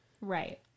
Right